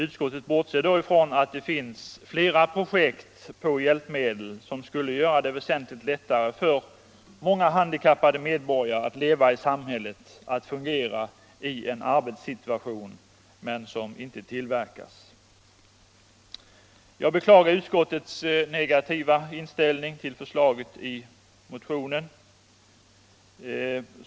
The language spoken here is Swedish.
Utskottet bortser då ifrån att det finns flera projekt till hjälpmedel som skulle göra det väsentligt lätare för många handikappade medborgare att leva i samhället och fungera i en arbetssituation men som inte tillverkas. Jag beklagar utskottets negativa inställning till förslaget i motionen.